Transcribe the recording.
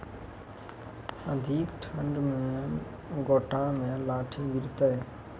अधिक ठंड मे गोटा मे लाही गिरते?